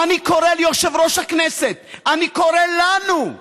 ואני קורא ליושב-ראש הכנסת, אני קורא לנו,